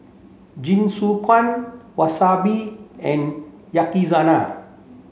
Jingisukan Wasabi and Yakizakana